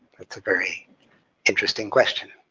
that's a very interesting question.